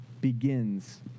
begins